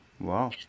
Wow